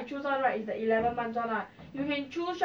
you must save money to 创业